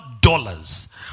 dollars